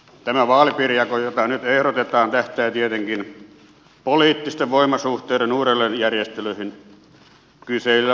tämä vaalipiirijako jota nyt ehdotetaan tähtää tietenkin poliittisten voimasuhteiden uudelleenjärjestelyihin kyseisellä vaalipiirialueella